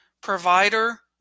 provider